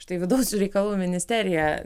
štai vidaus reikalų ministerija